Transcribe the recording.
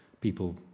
people